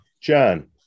John